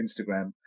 Instagram